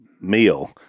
meal